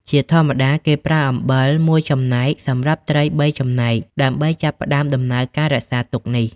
ជាធម្មតា គេប្រើ អំបិល មួយចំណែកសម្រាប់ត្រីបីចំណែកដើម្បីចាប់ផ្តើមដំណើរការរក្សាទុកនេះ។